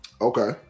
Okay